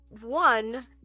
One